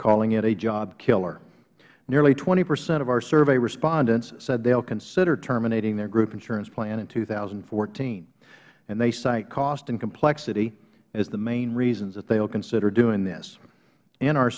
calling it a job killer nearly twenty percent of our survey respondents said they will consider terminating their group insurance plan in two thousand and fourteen and they cite cost and complexity as the main reasons that they will consider doing this in our